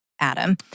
Adam